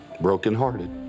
brokenhearted